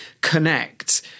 connect